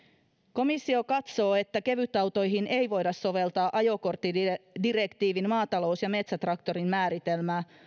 komissio katsoo että kevytautoihin ei voida soveltaa ajokorttidirektiivin maatalous ja metsätraktorin määritelmää